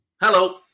Hello